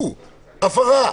הפרה.